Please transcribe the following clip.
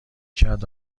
کرد